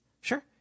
Sure